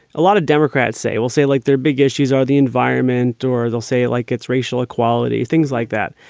a lot of democrats say we'll say like they're big issues are the environment or they'll say it like it's racial equality, things like that.